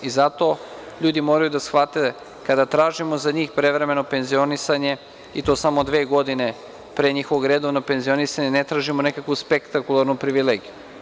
I zato ljudi moraju da shvate, kada tražimo za njih prevremeno penzionisanje, i to samo dve godine pre njihovog redovnog penzionisanja, ne tražimo nekakvu spektakularnu privilegiju.